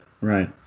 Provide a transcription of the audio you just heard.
right